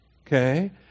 okay